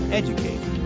educate